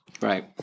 Right